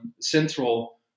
central